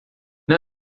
não